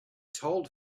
told